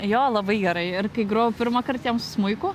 jo labai gerai ir kai grojau pirmąkart jam smuiku